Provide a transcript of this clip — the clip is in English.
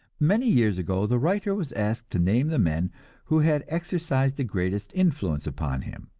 many years ago the writer was asked to name the men who had exercised the greatest influence upon him,